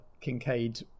Kincaid